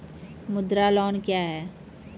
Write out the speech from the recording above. मुद्रा लोन क्या हैं?